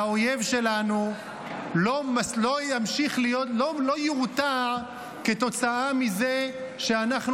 האויב שלנו לא יורתע כתוצאה מזה שאנחנו